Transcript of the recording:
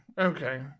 Okay